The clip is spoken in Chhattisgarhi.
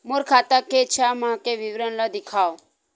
मोर खाता के छः माह के विवरण ल दिखाव?